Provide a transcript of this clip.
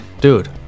Dude